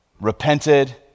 Repented